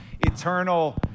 eternal